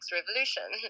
revolution